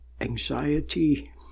anxiety